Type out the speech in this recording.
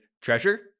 treasure